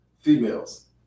Females